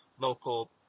local